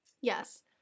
yes